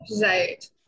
Right